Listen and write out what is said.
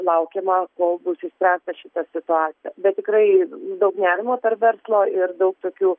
laukiama kol bus išspręsta šita situacija bet tikrai daug nerimo tarp verslo ir daug tokių